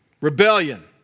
rebellion